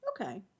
Okay